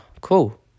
cool